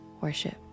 worship